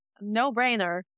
No-Brainer